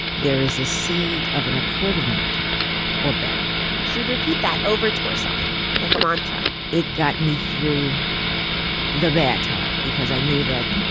there is a seed of an equivalent or better she'd repeat that over to herself like a mantra it got me through the bad time because i knew that,